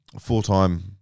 Full-time